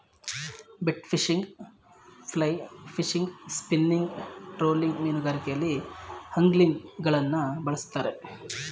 bait fishing, fly fishing, spinning, trolling ಮೀನುಗಾರಿಕೆಯಲ್ಲಿ ಅಂಗ್ಲಿಂಗ್ಗಳನ್ನು ಬಳ್ಸತ್ತರೆ